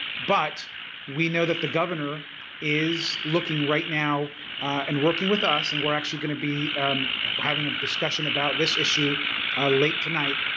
but we know that the governor is looking right now and working with us and we're actually going to be having a discussion about this issue late tonight,